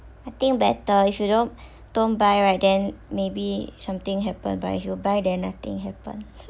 I think better if you don't don't buy right then maybe something happen but if you buy then nothing happen